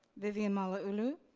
vivian malauulu?